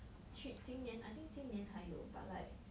去今年 I think 今年才有 but like